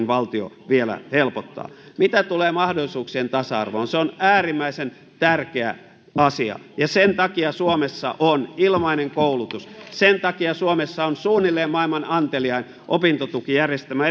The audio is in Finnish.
valtio vielä helpottaa mitä tulee mahdollisuuksien tasa arvoon se on äärimmäisen tärkeä asia ja sen takia suomessa on ilmainen koulutus sen takia suomessa on suunnilleen maailman anteliain opintotukijärjestelmä